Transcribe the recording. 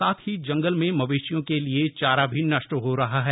साथ ही जंगल में मवेशियों के लिए चारा भी नष्ट हो रहा है